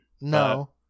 No